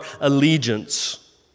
allegiance